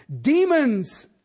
Demons